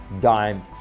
dime